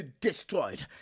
destroyed